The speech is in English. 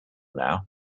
now